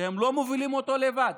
שהם לא מובילים אותו לבד.